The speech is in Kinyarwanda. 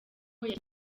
yagize